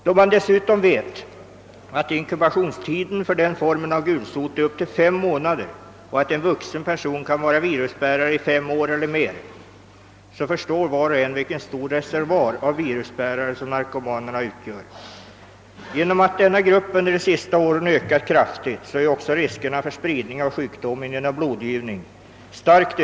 Då man dessutom vet att inkubationstiden för denna form av gulsot är upp till fem månader och att en vuxen per son kan vara virusbärare i fem år eller mer förstår var och en vilken stor reservoar av virusbärare narkomanerna utgör. Genom att denna grupp under de sista åren ökat kraftigt är också riskerna för spridning av sjukdomen genom blodgivning större.